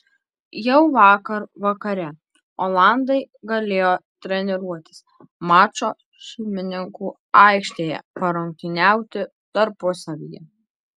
jau vakar vakare olandai galėjo treniruotis mačo šeimininkų aikštėje parungtyniauti tarpusavyje